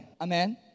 Amen